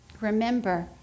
Remember